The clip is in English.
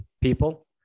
people